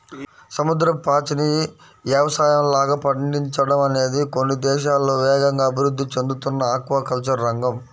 సముద్రపు పాచిని యవసాయంలాగా పండించడం అనేది కొన్ని దేశాల్లో వేగంగా అభివృద్ధి చెందుతున్న ఆక్వాకల్చర్ రంగం